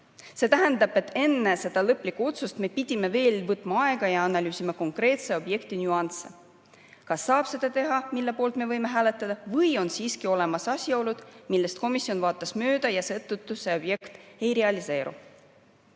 See tähendab, et enne seda lõplikku otsust me pidanuks veel võtma aega ja analüüsima konkreetse objektiga seotud nüansse, kas saab seda üldse teha, mille poolt me võime hääletada. Vahest on siiski olemas asjaolud, millest komisjon vaatas mööda ja seetõttu see objekt ei realiseeru?